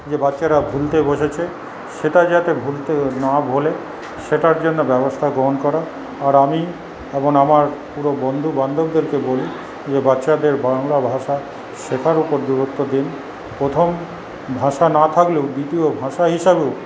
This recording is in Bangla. যে বাচ্চারা ভুলতে বসেছে সেটা যাতে ভুলতে না ভোলে সেটার জন্য ব্যবস্থা গ্রহণ করা আর আমি এবং আমার পুরো বন্ধুবান্ধবদেরকে বলি যে বাচ্চাদের বাংলা ভাষা শেখার ওপর গুরুত্ব দিন প্রথম ভাষা না থাকলেও দ্বিতীয় ভাষা হিসাবেও